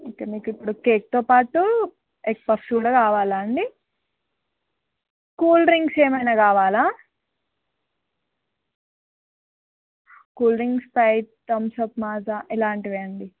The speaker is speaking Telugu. ఓకే మీకు ఇప్పుడు కేక్తో పాటు ఎగ్ పఫ్ కూడా కావాలా అండి కూల్ డ్రింక్స్ ఏమైనా కావాలా cool drink Sprite Thums Up Maaza ఇలాంటివి అండి